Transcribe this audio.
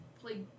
play